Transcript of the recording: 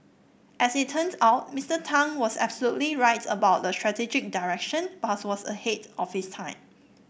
as it turned out Mister Tang was absolutely right about the strategic direction but was ahead of his time